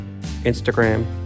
Instagram